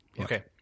Okay